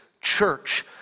church